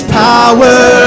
power